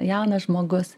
jaunas žmogus